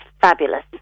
fabulous